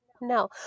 No